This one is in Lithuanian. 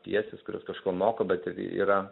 pjeses kurios kažko moko bet ir yra